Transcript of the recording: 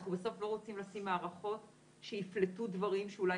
אנחנו בסוף לא רוצים לשים מערכות שיפלטו דברים שאולי